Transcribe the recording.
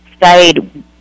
stayed